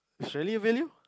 is really a value